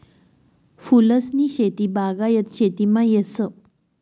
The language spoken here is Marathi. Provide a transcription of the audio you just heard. फूलसनी शेती बागायत शेतीमा येस